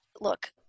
Look